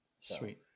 Sweet